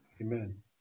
amen